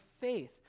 faith